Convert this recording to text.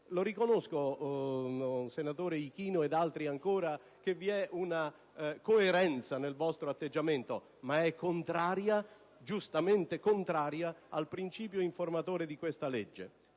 Lo riconosco, senatore Ichino e altri, che vi è una coerenza nel vostro atteggiamento, ma è giustamente contraria al principio informatore di questa legge.